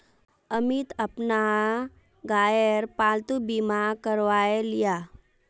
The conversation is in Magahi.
अमित अपना गायेर पालतू बीमा करवाएं लियाः